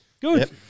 Good